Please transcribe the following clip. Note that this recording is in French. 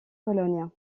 pologne